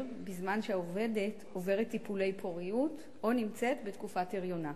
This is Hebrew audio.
בזמן שהעובדת עוברת טיפולי פוריות או נמצאת בתקופת הריונה.